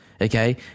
Okay